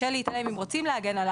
אם רוצים להגן על